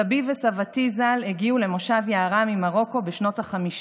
סבי וסבתי ז"ל הגיעו למושב יערה ממרוקו בשנות החמישים.